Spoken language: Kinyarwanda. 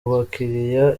bakiriya